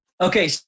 okay